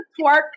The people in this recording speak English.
twerk